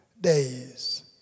days